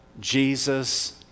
Jesus